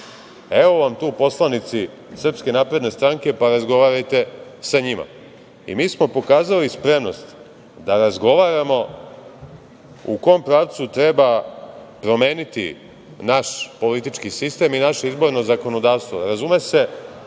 evo vam tu poslanici SNS pa razgovarajte sa njima. Mi smo pokazali spremnost da razgovaramo u kom pravcu treba promeniti naš politički sistem i naše izborno zakonodavstvo. Razume se,